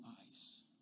eyes